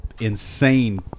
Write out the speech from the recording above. insane